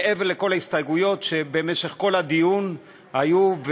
מעבר לכל ההסתייגויות שבמשך כל הדיון היו,